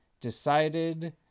decided